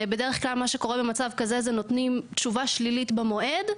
בדרך כלל מה שקורה במצב כזה הוא שנותנים תשובה שלילית במועד,